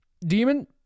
Demon